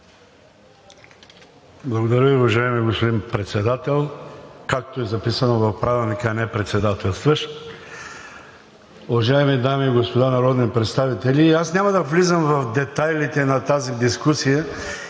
Благодаря Ви, уважаеми господин Председател – както е записано в Правилника (реплики), а Председателстващ, уважаеми дами и господа народни представители! Аз няма да влизам в детайлите на тази дискусия